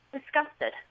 disgusted